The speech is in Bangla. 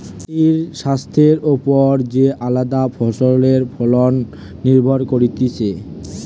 মাটির স্বাস্থ্যের ওপর যে আলদা ফসলের ফলন নির্ভর করতিছে